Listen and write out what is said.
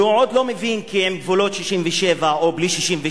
והוא עוד לא מבין כי עם גבולות 67' או בלי גבולות